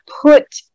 put